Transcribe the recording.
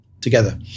together